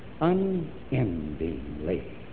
unendingly